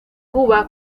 cuba